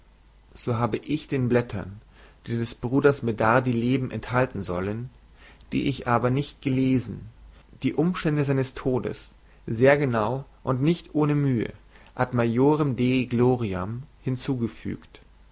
so habe ich den blättern die des bruders medardi leben enthalten sollen die ich aber nicht gelesen die umstände seines todes sehr genau und nicht ohne mühe ad maiorem dei gloriam hinzugefügt